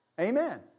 Amen